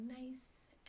nice